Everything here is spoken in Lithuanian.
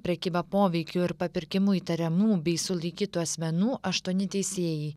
prekyba poveikiu ir papirkimu įtariamų bei sulaikytų asmenų aštuoni teisėjai